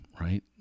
right